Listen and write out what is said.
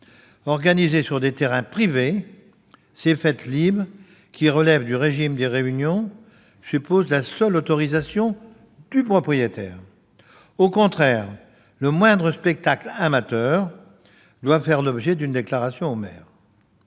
Organisées sur des terrains privés, ces fêtes libres, qui relèvent du régime des réunions, requièrent la seule autorisation du propriétaire. Au contraire, le moindre spectacle amateur doit faire l'objet d'une déclaration au maire